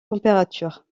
température